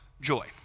joy